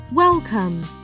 Welcome